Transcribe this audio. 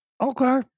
Okay